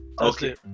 Okay